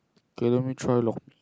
kay let me try lor